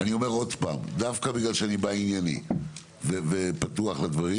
דווקא בגלל שאני בעניינים ופתוח לדברים